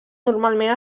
normalment